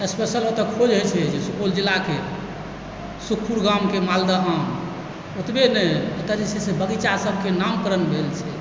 special ओतए खोज होइछै सुपौल जिलाकेँ सुखपुर गाँवके मालदह आम ओतबे नहि ओतए जे छै से बगीचा सभकेँ नामकरण भेल छै